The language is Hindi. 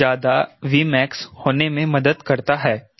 तो यह ज्यादा Vmax होने में मदद करता है